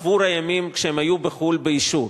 עבור הימים שהם היו בחו"ל באישור.